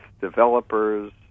developers